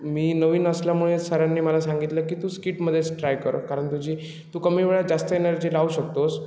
मी नवीन असल्यामुळे सरांनी मला सांगितलं की तू स्किटमधेच ट्राय कर कारण तुझी तू कमी वेळात जास्त एनर्जी लावू शकतोस